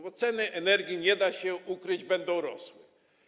Bo ceny energii, nie da się ukryć, będą rosły.